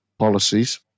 policies